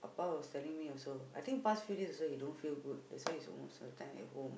Appa was telling me also I think past few days also he don't feel good that's why he is most of the time at home